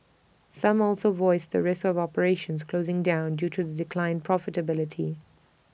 some also voiced the risk of operations closing down due to declined profitability